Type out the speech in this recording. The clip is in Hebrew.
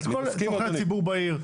אלא את כל צרכי הציבור בעיר.